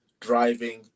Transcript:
driving